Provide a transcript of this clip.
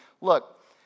look